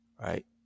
right